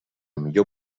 millor